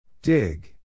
Dig